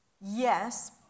Yes